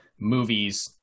movies